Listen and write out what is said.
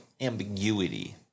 ambiguity